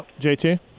JT